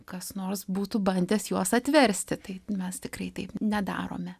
kas nors būtų bandęs juos atversti tai mes tikrai taip nedarome